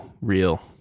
real